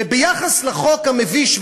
ביחס לחוק המביש,